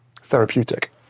therapeutic